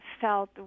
felt